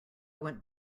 went